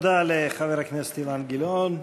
תודה לחבר הכנסת אילן גילאון.